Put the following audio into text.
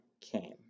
came